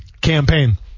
Campaign